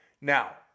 Now